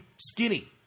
skinny